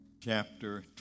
chapter